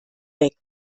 weg